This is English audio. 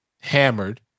hammered